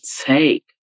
take